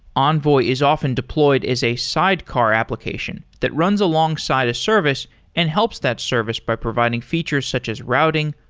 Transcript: envoy is often deployed as a sidecar application that runs alongside a service and helps that service by providing features such as routing,